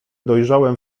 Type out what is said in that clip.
dojrzałem